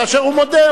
כאשר הוא מודה.